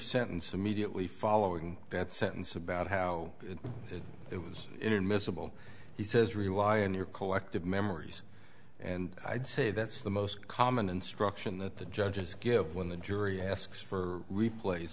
sentence immediately following that sentence about how it was inadmissible he says rely on your collective memories and i'd say that's the most common instruction that the judges give when the jury asks for replays